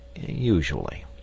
usually